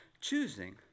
choosing